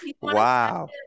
Wow